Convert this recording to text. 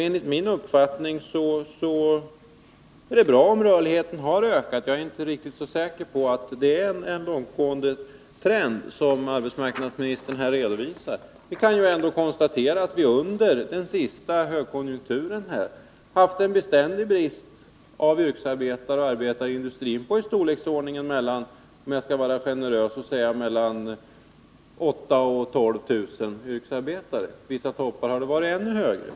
Enligt min uppfattning är det bra om rörligheten har ökat, men jag är inte riktigt säker på att det är en långtgående trend som arbetsmarknadsministern här redovisar. Vi kan ändå konstatera att vi under den senaste högkonjunkturen haft en beständig brist på yrkesarbetare och arbetare i industrin i 199 storleksordningen, om jag skall vara generös, mellan 8000 och 12000 personer. Vid vissa toppar har bristen varit ännu större.